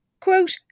quote